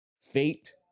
fate